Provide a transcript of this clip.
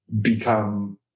become